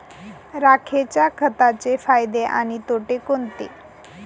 राखेच्या खताचे फायदे आणि तोटे कोणते?